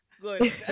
good